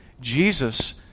Jesus